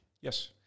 Yes